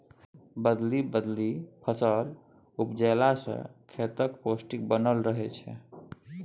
बदलि बदलि फसल उपजेला सँ खेतक पौष्टिक बनल रहय छै